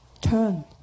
turn